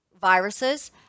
viruses